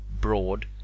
broad